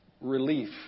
relief